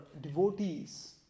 devotees